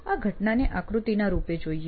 આ ઘટનાને આકૃતિના રૂપે જોઈએ